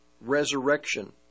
resurrection